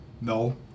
No